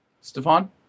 Stefan